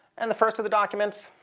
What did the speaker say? and the first of the documents.